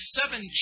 seven